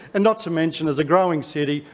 and not to mention as a growing city,